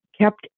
kept